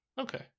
Okay